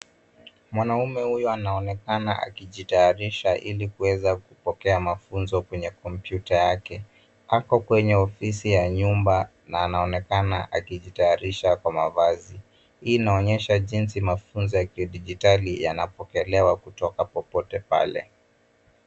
Mwanaume huyu anaonekana akijitayarisha ili kuweza kupokea mafunzo kwenye kompyuta yake. Ako kwenye ofisi ya nyumba na anaonekana akijitayarisha kwa mavazi. Hii inaonyesha jinsi mafunzo ya kidijitali yanapokelewa kutoka popote pale.